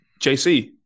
JC